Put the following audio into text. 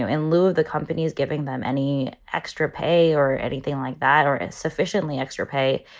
ah in lieu of the companies giving them any extra pay or anything like that or a sufficiently extra pay,